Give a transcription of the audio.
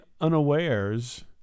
unawares